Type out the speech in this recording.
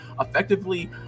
Effectively